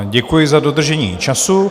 Děkuji za dodržení času.